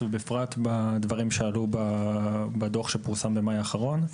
ובפרט בדברים שעלו בדוח שפורסם בחודש מאי האחרון.